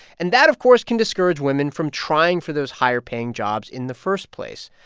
and that, of course, can discourage women from trying for those higher-paying jobs in the first place.